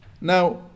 Now